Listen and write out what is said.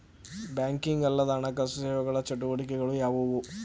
Banking ಅಲ್ಲದ ಹಣಕಾಸು ಸೇವೆಗಳ ಚಟುವಟಿಕೆಗಳು ಯಾವುವು?